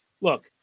look